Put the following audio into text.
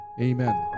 Amen